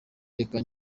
reka